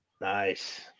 Nice